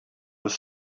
was